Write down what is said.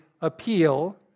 appeal